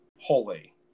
holy